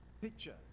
picture